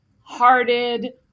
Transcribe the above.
hearted